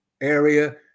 area